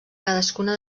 cadascuna